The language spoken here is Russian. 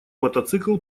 мотоцикл